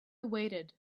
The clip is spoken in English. waited